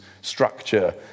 structure